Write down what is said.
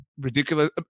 ridiculous